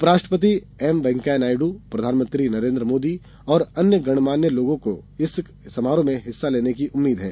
उपराष्ट्रपति एम वेंकैया नायडू प्रधानमंत्री नरेन्द्र मोदी और अन्य गणमान्य लोगों के इस समारोह में हिस्सा लेने की उम्मीद है